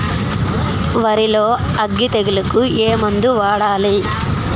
వరిలో అగ్గి తెగులకి ఏ మందు వాడాలి?